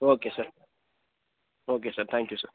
okay sir okay sir thank you sir